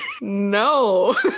no